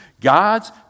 God's